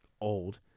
old